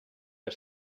der